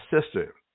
sister